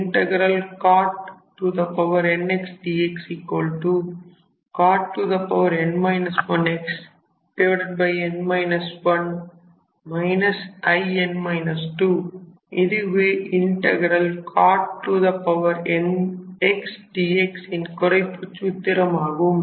இதுவேcot n x dx ன் குறைப்புச் சூத்திரமாகும்